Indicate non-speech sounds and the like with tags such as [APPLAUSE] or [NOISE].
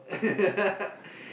[LAUGHS]